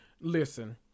listen